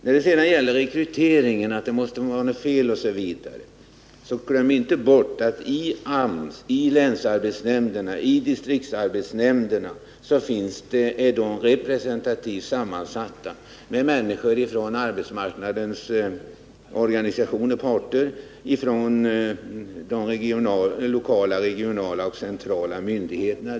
När man påstår att det måste vara något fel på rekryteringen, får man inte glömma bort att i AMS, länsarbetsnämnderna och distriktsarbetshämnderna finns representanter för arbetsmarknadens parter samt för de lokala, regionala och centrala myndigheterna.